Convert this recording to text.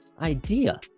idea